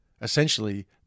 essentially